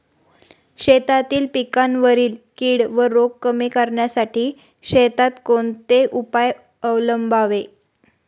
शेतातील पिकांवरील कीड व रोग कमी करण्यासाठी शेतात कोणते उपाय अवलंबावे?